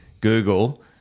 Google